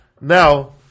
Now